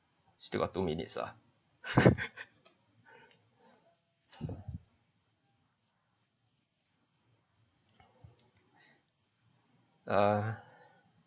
still got two minutes ah err